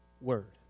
word